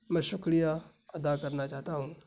میں شکریہ ادا کرنا چاہتا ہوں